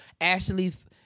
Ashley's